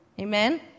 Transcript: Amen